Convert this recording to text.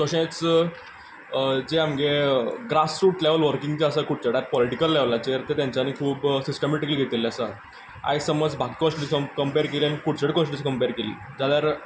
तशेंच जें आमगे ग्रासरूट लेवल वर्कींग जें आसा कुडचड्यार पोलिटीकल लेवलाचेर तें तांच्यानी खूब सिस्टमेटीकली घेतिल्लें आसा आयज समज बाकी कोन्स्टीटून्सी कंपेर केली आनी कुडचडें कोन्स्टीटूयन्सी कंपेर केली जाल्यार